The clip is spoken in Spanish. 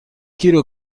quiero